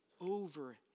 over